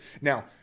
Now